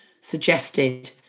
suggested